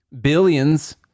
billions